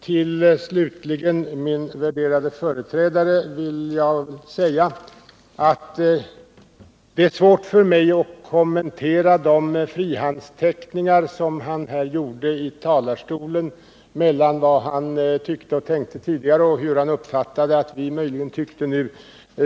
Till min värderade företrädare vill jag säga att det är svårt för mig att kommentera de frihandsteckningar som han gjorde, när han utvecklade vad han tyckte och tänkte tidigare och hur han uppfattat att vi möjligen tyckte nu.